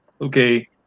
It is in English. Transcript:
okay